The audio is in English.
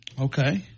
Okay